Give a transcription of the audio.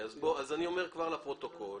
אני כבר אומר לפרוטוקול,